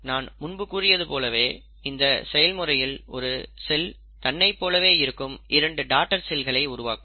நான் முன்பு கூறியது போலவே இந்த செயல்முறையில் ஒரு செல் தன்னைப் போலவே இருக்கும் இரண்டு டாடர் செல்களை உருவாக்கும்